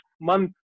month